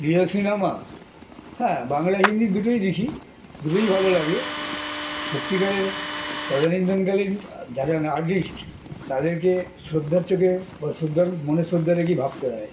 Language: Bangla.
প্রিয় সিনেমা হ্যাঁ বাংলা হিন্দি দুটোই দেখি দুটোই ভালো লাগে সত্যিকারের তদানীন্তনকালীন যারা আর্টিস্ট তাদেরকে শ্রদ্ধার চোখে বা শ্রদ্ধার মানে শ্রদ্ধা করেই গিয়ে ভাবতে হয়